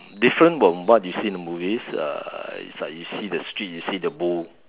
different from what you see in the movies uh is like you see the street you see the bull